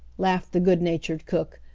laughed the good-natured cook,